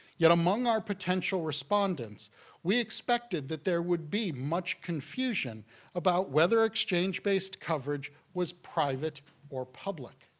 yet among our potential respondents we expected that there would be much confusion about whether exchange-based coverage was private or public.